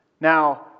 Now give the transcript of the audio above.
Now